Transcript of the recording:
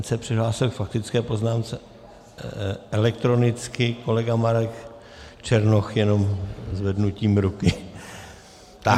Ten se přihlásil k faktické poznámce elektronicky, kolega Marek Černoch jenom zvednutím ruky.